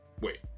Wait